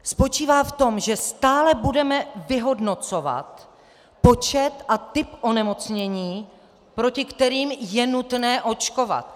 Spočívá v tom, že stále budeme vyhodnocovat počet a typ onemocnění, proti kterým je nutné očkovat.